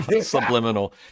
Subliminal